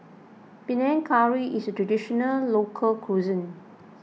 Panang Curry is a Traditional Local Cuisine